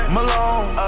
Malone